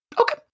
Okay